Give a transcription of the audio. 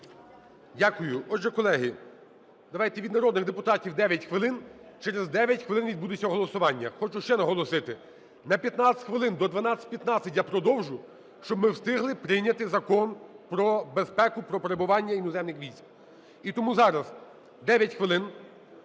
Дякую. Отже, колеги, давайте від народних депутатів, 9 хвилин. Через 9 хвилин відбудеться голосування. Хочу ще наголосити: на 15 хвилин, до 12:15, я продовжу, щоб ми встигли прийняти Закон про безпеку, про перебування іноземних військ. І тому зараз 9 хвилин,